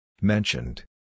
Mentioned